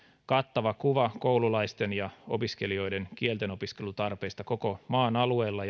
kattava kuva koululaisten ja opiskelijoiden kieltenopiskelutarpeesta koko maan alueella